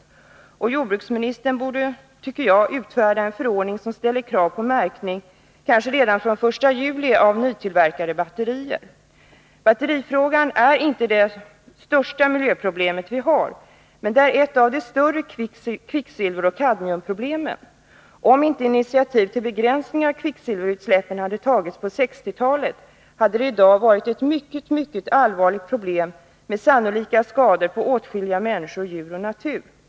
Jag tycker att jordbruksministern borde utfärda en förordning där det ställs krav på märkning av nytillverkade batterier, kanske redan från den 1 juli. Batterifrågan är inte det största miljöproblemet vi har, men det är ett av de större kvicksilveroch kadmiumproblemen. Om inte initiativ till begränsningar av kvicksilverutsläppen hade tagits på 1960-talet, hade det i dag varit ett mycket allvarligt problem med sannolika skador på åtskilliga människor samt på djur och natur.